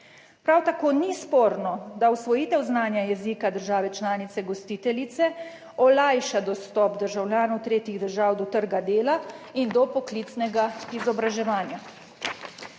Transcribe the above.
Prav tako ni sporno, da osvojitev znanja jezika države članice gostiteljice olajša dostop državljanov tretjih držav do trga dela in do poklicnega izobraževanja.